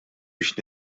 biex